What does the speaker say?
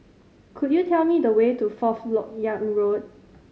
could you tell me the way to Fourth Lok Yang Road